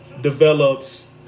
develops